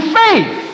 faith